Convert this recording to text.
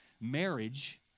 Marriage